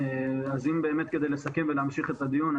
אז אם באמת כדי לסכם ולהמשיך את הדיון,